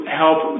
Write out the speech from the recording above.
help